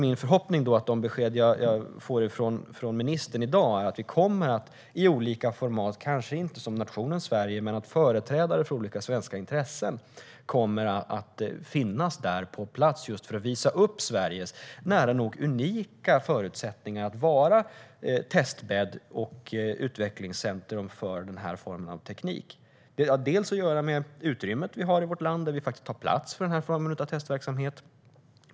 Min förhoppning är att de besked som jag får från ministern i dag innebär att vi kommer att finnas på plats, i olika format - kanske inte som nationen Sverige, men genom företrädare för olika svenska intressen. Sverige har nära nog unika förutsättningar att vara testbädd och utvecklingscentrum för den här sortens teknik. Det har bland annat att göra med utrymmet i vårt land. Vi har plats för den formen av testverksamhet.